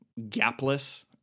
gapless